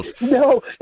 No